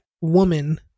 woman